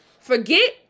Forget